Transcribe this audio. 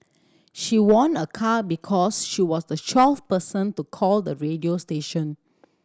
she won a car because she was the twelfth person to call the radio station